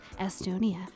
Estonia